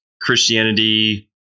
Christianity